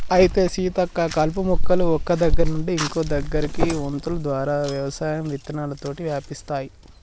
అయితే సీతక్క కలుపు మొక్కలు ఒక్క దగ్గర నుండి ఇంకో దగ్గరకి వొంతులు ద్వారా వ్యవసాయం విత్తనాలతోటి వ్యాపిస్తాయి